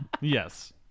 Yes